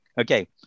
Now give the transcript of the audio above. okay